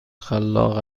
خلاق